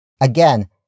Again